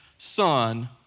Son